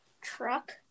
truck